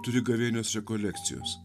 turi gavėnios rekolekcijos